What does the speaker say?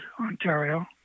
Ontario